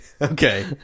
okay